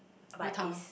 but it's